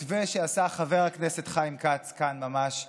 מתווה שעשה חבר הכנסת חיים כץ ממש כאן,